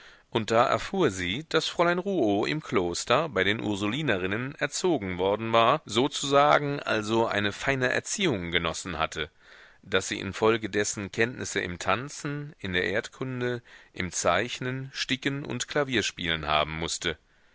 und da erfuhr sie daß fräulein rouault im kloster bei den ursulinerinnen erzogen worden war sozusagen also eine feine erziehung genossen hatte daß sie infolgedessen kenntnisse im tanzen in der erdkunde im zeichnen sticken und klavierspielen haben mußte